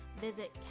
visit